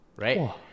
Right